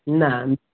ନା